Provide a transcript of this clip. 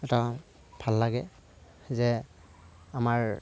এটা ভাল লাগে যে আমাৰ